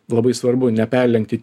labai svarbu neperlenkti